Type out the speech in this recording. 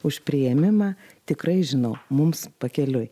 už priėmimą tikrai žinau mums pakeliui